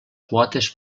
quotes